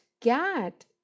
cat